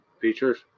features